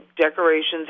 decorations